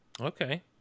Okay